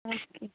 okay